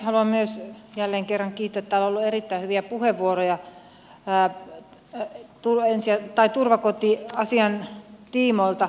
haluan myös jälleen kerran kiittää täällä on ollut erittäin hyviä puheenvuoroja turvakotiasian tiimoilta